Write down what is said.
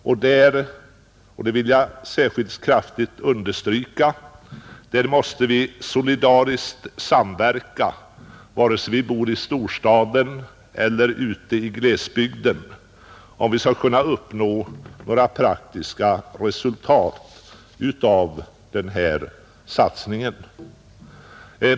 Och där — det vill jag särskilt kraftigt understryka — måste vi solidariskt medverka, antingen vi bor i storstaden eller ute i glesbygden, om vi skall kunna uppnå praktiska resultat av denna satsning.